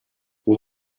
vou